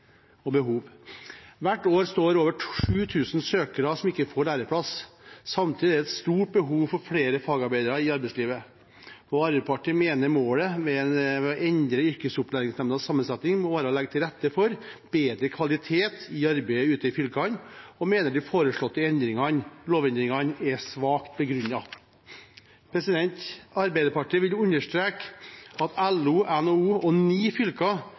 og behov. Hvert år er det over 7 000 søkere som ikke får læreplass. Samtidig er det et stort behov for flere fagarbeidere i arbeidslivet. Arbeiderpartiet mener målet med å endre yrkesopplæringsnemndenes sammensetning må være å legge til rette for bedre kvalitet i arbeidet ute i fylkene, og mener de foreslåtte lovendringene er svakt begrunnet. Arbeiderpartiet vil understreke at LO, NHO og ni fylker